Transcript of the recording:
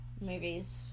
movies